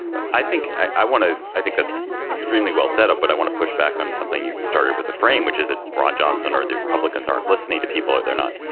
but i think i want to i think that's extremely well set up. but i want to push back on something. you started with the frame, which is that ron johnson or the republicans aren't listening to people or they're not.